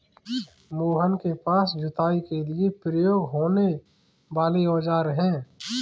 मोहन के पास जुताई के लिए प्रयोग होने वाले औज़ार है